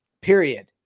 period